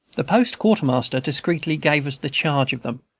the post quartermaster discreetly gave us the charge of them,